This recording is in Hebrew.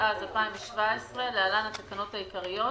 התשע"ז-2017 (להלן התקנות העיקריות),